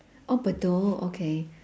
oh bedok okay